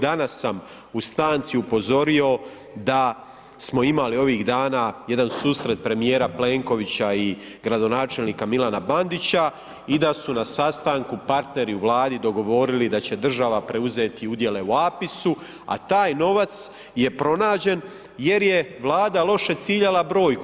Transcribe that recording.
Danas sam u stanci upozorio da smo imali ovih dana jedan susret premijera Plenkovića i gradonačelnika Milana Bandića i da su na sastanku partneri u Vladi dogovorili da će država preuzeti udjele u APIS-u, a taj novac je pronađen jer je Vlada loše ciljala brojku.